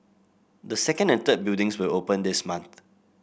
the second and third buildings will open this month